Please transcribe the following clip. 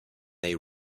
they